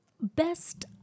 best